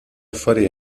affari